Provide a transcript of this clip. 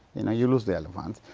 you know, you lose the elephants,